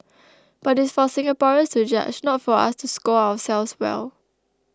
but it's for Singaporeans to judge not for us to score ourselves well